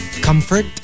comfort